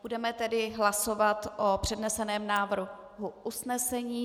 Budeme tedy hlasovat o předneseném návrhu usnesení.